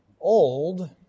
old